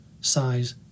size